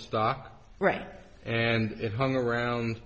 stock right and it hung around